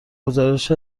گزارش